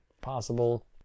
possible